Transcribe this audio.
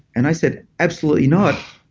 and i said, absolutely not.